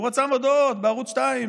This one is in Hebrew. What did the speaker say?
הוא רצה מודעות בערוץ 2,